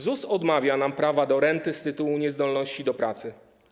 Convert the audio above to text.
ZUS odmawia nam prawa do renty z tytułu niezdolności do pracy.